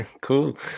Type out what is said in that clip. Cool